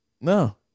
No